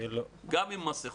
וגם לא אם הם מסכות.